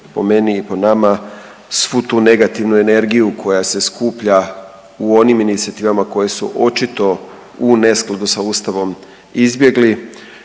po meni i po nama, svu tu negativnu energiju koja se skuplja u onim inicijativama koje su očito u neskladu sa ustavom izbjegli,